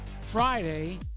Friday